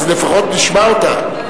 אז לפחות תשמע אותה.